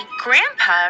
Grandpa